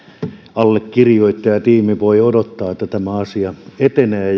allekirjoittajatiimi voi odottaa että tämä asia etenee